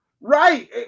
Right